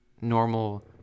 normal